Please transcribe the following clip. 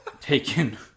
taken